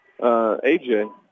AJ